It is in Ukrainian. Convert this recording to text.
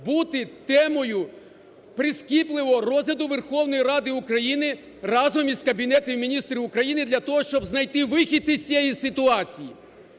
бути темою прискіпливого розгляду Верховної Ради України разом із Кабінетом Міністрів України для того, щоб знайти вихід із цієї ситуації,